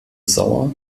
sauer